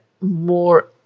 more